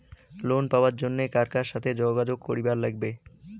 Loan পাবার জন্যে কার সাথে যোগাযোগ করিবার লাগবে?